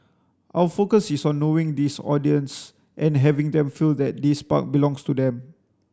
our focus is on knowing this audience and having them feel that this park belongs to them